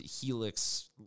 helix